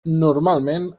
normalment